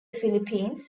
philippines